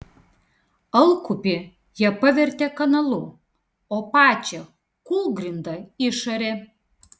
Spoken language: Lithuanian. alkupį jie pavertė kanalu o pačią kūlgrindą išarė